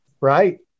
Right